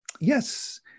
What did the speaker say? Yes